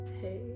hey